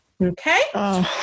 Okay